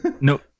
No